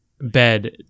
bed